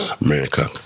America